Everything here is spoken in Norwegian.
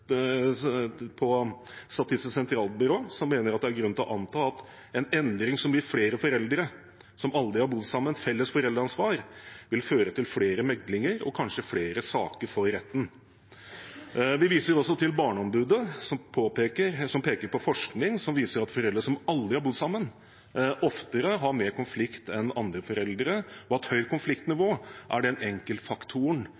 Statistisk sentralbyrå, som mener det er grunn til å anta at en endring som gir flere foreldre som aldri har bodd sammen, felles foreldreansvar, vil føre til flere meglinger og kanskje flere saker for retten. Vi viser også til Barneombudet, som peker på forskning som viser at foreldre som aldri har bodd sammen, oftere har konflikter enn andre foreldre, og at høyt